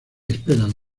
esperan